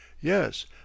Yes